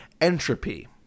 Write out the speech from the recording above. entropy